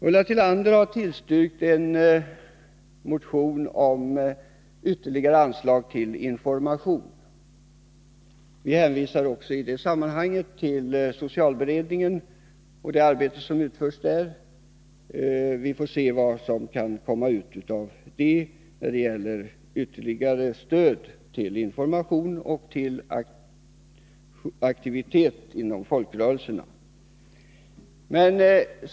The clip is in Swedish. Ulla Tillander har tillstyrkt en motion om ytterligare anslag till information. Vi hänvisar också i det sammanhanget till socialberedningen och det arbete som utförs där. Vi får se vad som kan komma ut av det när det gäller ytterligare stöd till information och till aktiviteter inom folkrörelserna.